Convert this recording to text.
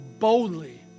Boldly